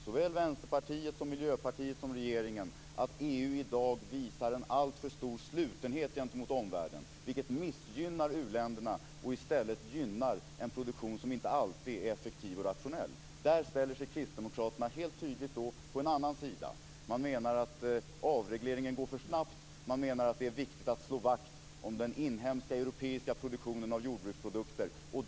Såväl Vänsterpartiet som Miljöpartiet och regeringen menar att EU i dag visar en alltför stor slutenhet gentemot omvärlden, vilket missgynnar uländerna och i stället gynnar en produktion som inte alltid är effektiv och rationell. Kristdemokraterna ställer sig tydligt på en annan sida. Man menar att avregleringen går för snabbt. Man menar att det är viktigt att slå vakt om den inhemska europeiska produktionen av jordbruksprodukter.